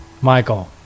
Michael